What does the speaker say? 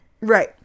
right